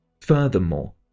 Furthermore